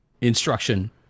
instruction